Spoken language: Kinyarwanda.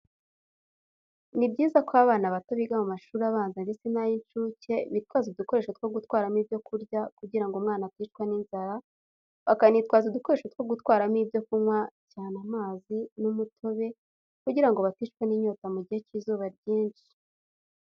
Nibyiza ko abana bato biga mu mashuri abanza ndetse nay'incuke bitwaza udukoresho two gutwaramo ibyo kurya kugira ngo umwana atishwa n'inzara, bakanitwaza udukoresho two gutwaramo ibyo kugwa cyane amazi n'umutobe kugira ngo batincwa ninyota mugihe cy'izuba ryinshi.